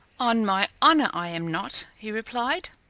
on my honour i am not, he replied.